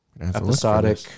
episodic